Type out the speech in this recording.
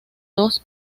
dos